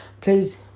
please